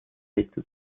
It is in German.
legte